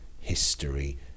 history